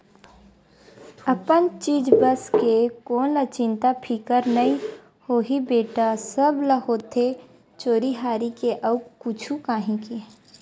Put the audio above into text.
अपन चीज बस के कोन ल चिंता फिकर नइ होही बेटा, सब ल होथे चोरी हारी के अउ कुछु काही के